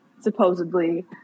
supposedly